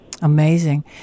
Amazing